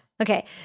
Okay